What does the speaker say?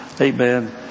Amen